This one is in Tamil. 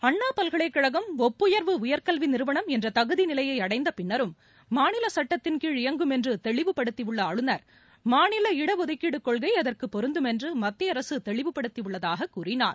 அண்ணா பல்கலைக்கழகம் ஒப்புயர்வு உயர்கல்வி நிறுவனம் என்ற தகுதி நிலையை அடைந்த பின்னரும் மாநில சட்டத்தின்கீழ் இயங்கும் என்று தெளிவுபடுத்தியுள்ள ஆளுநர் மாநில இடஒதுக்கீடு கொள்கை அதற்கு பொருந்தும் என்று மத்திய அரசு தெளிவுப்படுத்தி உள்ளதாக கூறினார்